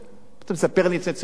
אתה מספר לי שאני צריך ללמוד?